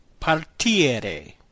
partire